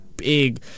big